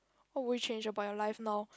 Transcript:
what would you change about your life now